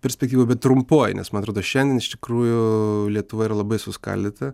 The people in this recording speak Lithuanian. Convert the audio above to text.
perspektyvoj bet trmpoj nes man atrodo šiandien iš tikrųjų lietuva yra labai suskaldyta